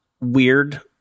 weird